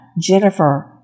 Jennifer